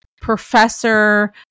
professor